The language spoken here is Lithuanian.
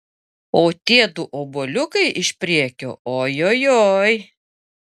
o tiedu obuoliukai iš priekio ojojoi